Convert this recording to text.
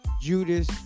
Judas